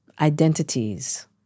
identities